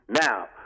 Now